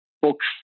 books